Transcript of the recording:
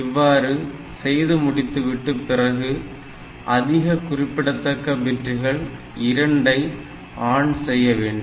இவ்வாறு செய்து முடித்துவிட்டு பிறகு அதிக குறிப்பிடத்தக்க பிட்டுகள் 2 ஐ ஆன் செய்ய வேண்டும்